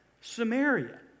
Samaria